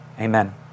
Amen